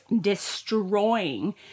destroying